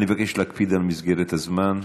אני מבקש להקפיד על מסגרת הזמן.